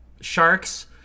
Sharks